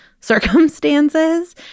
circumstances